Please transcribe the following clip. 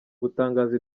gutangaza